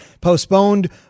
postponed